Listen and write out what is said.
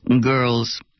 girls